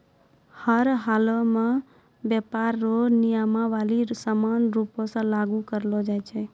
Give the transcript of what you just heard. हर हालमे व्यापार रो नियमावली समान रूप से लागू करलो जाय छै